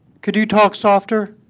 could you talk softer?